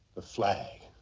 the flag,